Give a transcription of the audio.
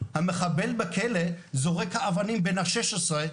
המחבל בכלא זורק האבנים בן ה-16,